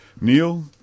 Neil